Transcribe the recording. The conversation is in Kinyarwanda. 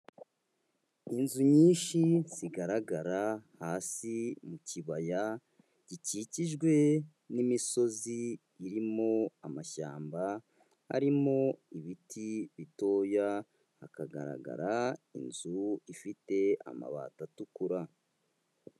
Inzu nyinshi zigaragara hasi mu kibaya gikikijwe n'imisozi irimo amashyamba arimo ibiti bitoya, hakagaragara inzu ifite amabati atukura.